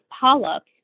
polyps